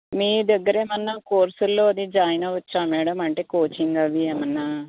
మీ దగ్గర ఏమైనా కోర్సుల్లో అది జాయిన్ అవచ్చా మేడం అంటే కోచింగ్ అవి ఏమైనా